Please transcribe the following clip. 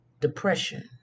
Depression